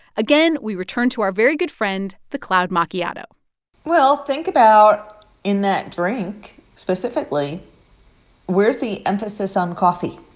again, we return to our very good friend the cloud macchiato well, think about in that drink specifically where's the emphasis on coffee?